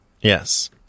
yes